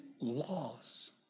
laws